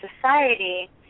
society